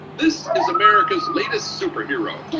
this is america's latest superhero,